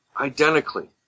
identically